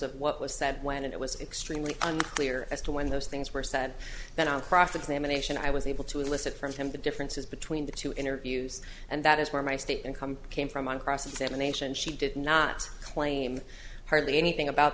of what was said when and it was extremely unclear as to when those things were said that on cross examination i was able to elicit from him differences between the two interviews and that is where my state income came from on cross examination she did not claim hardly anything about